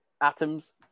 atoms